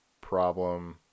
problem